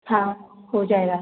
हाँ हो जाएगा